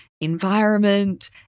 environment